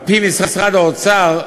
על-פי משרד האוצר,